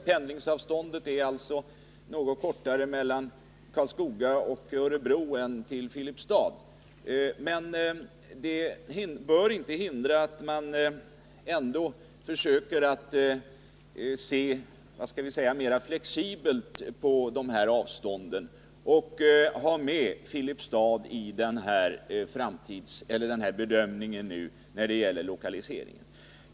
Pendlingsavståndet är något kortare mellan Karlskoga och Örebro än mellan Filipstad och Örebro, men om man försöker se mer flexibelt på detta med avstånd bör det inte hindra att man har med Filipstad i bedömningen när det gäller lokaliseringen.